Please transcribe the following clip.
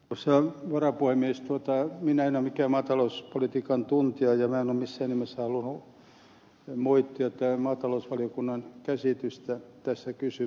minä en ole mikään maata louspolitiikan tuntija ja minä en ole missään nimessä halunnut moittia maatalousvaliokunnan käsitystä tässä kysymyksessä